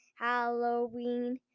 Halloween